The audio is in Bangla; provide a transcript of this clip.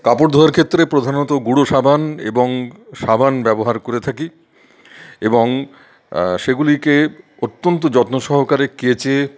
কাপড় ধোয়ার ক্ষেত্রে প্রধানত গুড়ো সাবান এবং সাবান ব্যবহার করে থাকি এবং সেগুলিকে অত্যন্ত যত্ন সহকারে কেচে